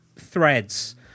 threads